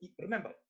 remember